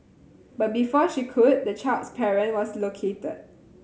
but before she could the child's parent was located